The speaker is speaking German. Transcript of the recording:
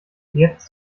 jetzt